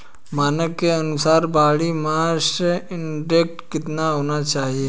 मानक के अनुसार बॉडी मास इंडेक्स कितना होना चाहिए?